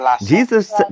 Jesus